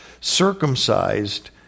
circumcised